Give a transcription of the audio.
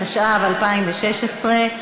התשע"ו 2016,